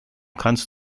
kannst